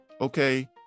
okay